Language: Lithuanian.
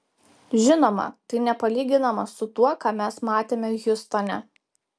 žinoma tai nepalyginama su tuo ką mes matėme hjustone